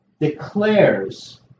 declares